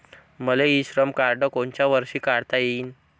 मले e Shram card कोनच्या वर्षी काढता येईन?